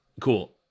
Cool